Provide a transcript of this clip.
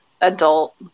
adult